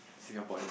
Singapore is